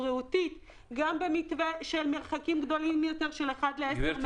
גם במתווה של מרחקים גדולים יותר של 1 ל-10 מטר.